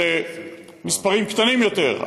של מספרים קטנים יותר,